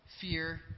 fear